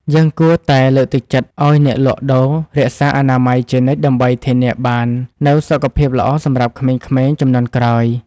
យើងគួរតែលើកទឹកចិត្តឱ្យអ្នកលក់ដូររក្សាអនាម័យជានិច្ចដើម្បីធានាបាននូវសុខភាពល្អសម្រាប់ក្មេងៗជំនាន់ក្រោយ។